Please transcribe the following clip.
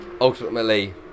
ultimately